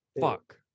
Fuck